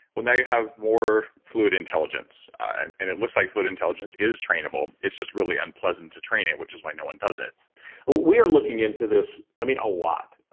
well now you have more fluid intelligence. and and it looks like fluid intelligence is trainable. it's just really unpleasant to train it, which is why no one does it we are looking into this, like i mean a lot.